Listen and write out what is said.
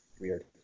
weird